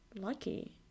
lucky